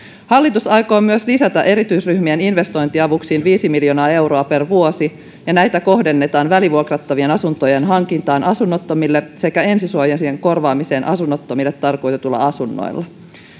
hallitus aikoo myös lisätä erityisryhmien investointiavustuksiin viisi miljoonaa euroa per vuosi ja näitä kohdennetaan välivuokrattavien asuntojen hankintaan asunnottomille sekä ensisuojien korvaamiseen asunnottomille tarkoitetuilla asunnoilla